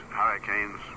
hurricanes